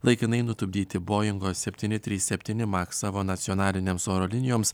laikinai nutupdyti boingo septyni trys septyni maks savo nacionalinėms oro linijoms